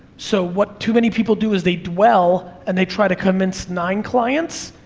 so, what too many people do is they dwell, and they try to convince nine clients,